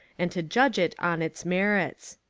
and to judge it on its merits.